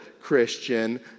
Christian